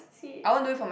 that's so sweet